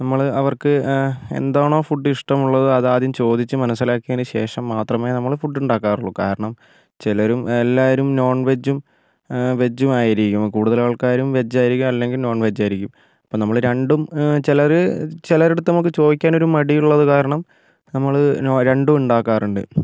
നമ്മൾ അവർക്ക് എന്താണോ ഫുഡ് ഇഷ്ടമുള്ളത് അത് ആദ്യം ചോദിച്ചു മനസ്സിലാക്കിയതിന് ശേഷം മാത്രമേ നമ്മൾ ഫുഡ് ഉണ്ടാക്കാറുള്ളു കാരണം ചിലരും എല്ലാവരും നോൺ വെജും വെജുമായിരിക്കും കൂടുതൽ ആൾക്കാരും വെജ് ആയിരിക്കും അല്ലെങ്കിൽ നോൺ വെജ് ആയിരിക്കും അപ്പോൾ നമ്മൾ രണ്ടും ചിലർ ചിലരുടെ അടുത്ത് ചോദിക്കാൻ മടിയുള്ളത് കാരണം നമ്മൾ രണ്ടും ഉണ്ടാക്കാറുണ്ട്